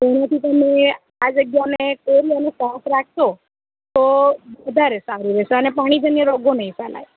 એનાથી તમે આ જગ્યાને કોમળ અને સાફ રાખશો તો વધારે સારું રહેશે અને પાણીજન્ય રોગો નહીં ફેલાય